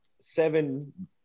seven